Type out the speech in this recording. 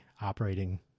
operating